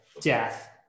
death